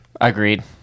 Agreed